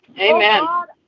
Amen